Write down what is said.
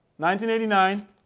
1989